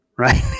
right